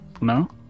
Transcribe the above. no